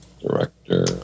director